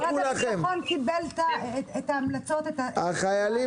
משרד הבטחון קיבל את ההמלצות --- החיילים